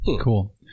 cool